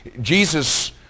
Jesus